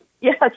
Yes